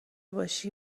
باشی